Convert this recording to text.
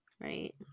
right